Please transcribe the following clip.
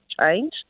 change